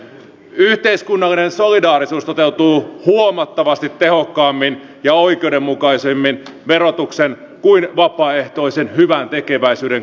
yhteiskunnallinen solidaarisuus toteutuu huomattavasti tehokkaammin ja oikeudenmukaisemmin verotuksen kuin vapaaehtoisen hyväntekeväisyyden kautta